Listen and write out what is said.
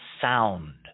sound